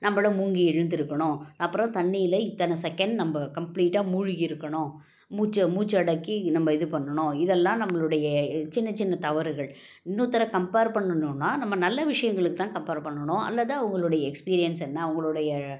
நம்மளும் மூழ்கி எழுந்திரிக்கணும் அப்புறம் தண்ணியில் இத்தனை செகண்ட் நம்ம கம்ப்ளீட்டாக மூழ்கி இருக்கணும் மூச்சை மூச்சடக்கி நம்ம இது பண்ணணும் இதெல்லாம் நம்மளுடைய சின்ன சின்ன தவறுகள் இன்னொருத்தரை கம்பேர் பண்ணணும்ன்னா நம்ம நல்ல விஷயங்களுக்கு தான் கம்பேர் பண்ணணும் அல்லது அவங்களுடைய எக்ஸ்பீரியன்ஸ் என்ன அவங்களுடைய